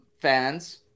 fans